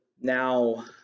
now